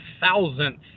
thousandth